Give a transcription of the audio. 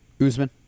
Usman